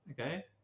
okay